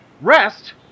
Rest